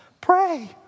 Pray